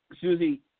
Susie